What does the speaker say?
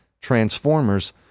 Transformers